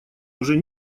уже